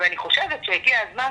אני חושבת שהגיע הזמן